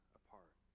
apart